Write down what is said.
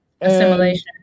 Assimilation